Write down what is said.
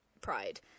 pride